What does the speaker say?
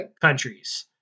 countries